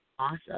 awesome